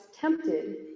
tempted